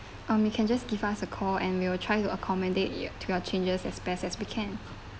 um you can just give us a call and we will try to accommodate your to your changes as best as we can